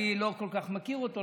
אני לא כל כך מכיר אותו,